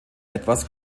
etwas